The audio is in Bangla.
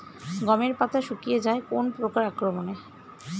গমের পাতা শুকিয়ে যায় কোন পোকার আক্রমনে?